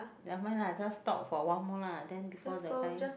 never mind lah just talk for awhile more lah then before the guy